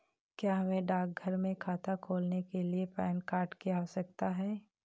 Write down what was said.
क्या हमें डाकघर में खाता खोलने के लिए पैन कार्ड की आवश्यकता है?